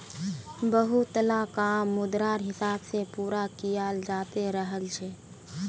बहुतला काम मुद्रार हिसाब से पूरा कियाल जाते रहल छे